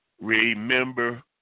Remember